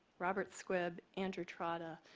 robert squibb, andrew trotta,